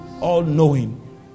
all-knowing